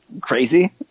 crazy